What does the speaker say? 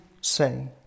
say